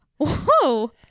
Whoa